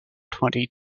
twenty